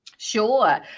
sure